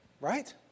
Right